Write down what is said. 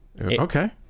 Okay